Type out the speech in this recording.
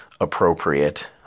appropriate